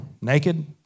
Naked